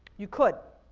you could.